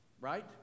Right